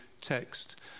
text